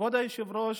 כבוד היושב-ראש,